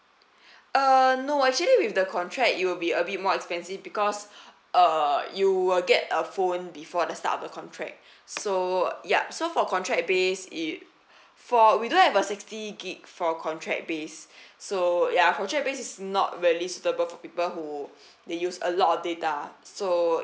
uh no actually with the contract it'll be a bit more expensive because uh you will get a phone before the start of the contract so yup so for contract based it for we don't have a sixty gig for contract based so ya contract based is not really suitable for people who they use a lot of data so